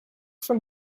from